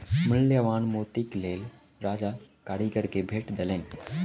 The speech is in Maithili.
मूल्यवान मोतीक लेल राजा कारीगर के भेट देलैन